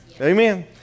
Amen